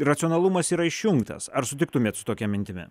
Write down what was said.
racionalumas yra išjungtas ar sutiktumėt su tokia mintimi